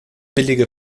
billige